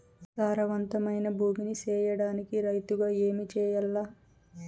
సారవంతమైన భూమి నీ సేయడానికి రైతుగా ఏమి చెయల్ల?